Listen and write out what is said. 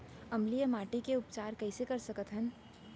अम्लीय माटी के उपचार कइसे कर सकत हन?